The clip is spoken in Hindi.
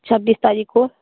छब्बीस तारीख को